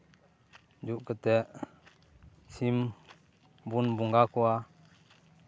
ᱡᱩᱛ ᱠᱟᱛᱮᱫ ᱥᱤᱢ ᱵᱚᱱ ᱵᱚᱸᱜᱟ ᱠᱚᱣᱟ